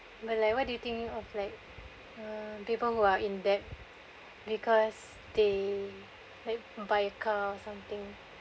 but like what do you think of like(uh) people who are in debt because they like buy a car or something